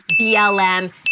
BLM